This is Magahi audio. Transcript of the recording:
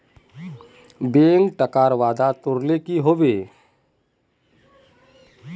बैंक टाकार वादा तोरले कि हबे